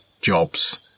jobs